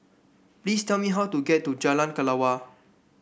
please tell me how to get to Jalan Kelawar